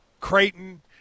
Creighton